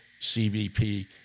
CVP